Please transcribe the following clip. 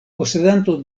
posedanto